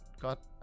got